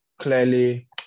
clearly